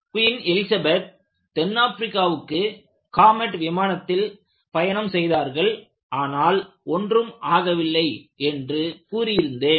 queen Elizabeth தென் ஆப்பிரிக்காவுக்கு Comet விமானத்தில் பயணம் செய்தார்கள் ஆனால் ஒன்றும் ஆகவில்லை என்று கூறி இருந்தேன்